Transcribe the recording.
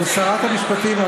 אבל שרת המשפטים,